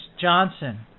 Johnson